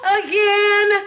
again